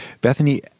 Bethany